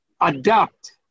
adapt